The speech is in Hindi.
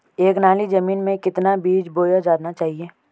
एक नाली जमीन में कितना बीज बोया जाना चाहिए?